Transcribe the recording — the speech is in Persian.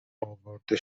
آورده